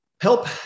help